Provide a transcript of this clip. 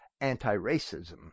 anti-racism